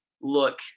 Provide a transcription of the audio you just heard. look –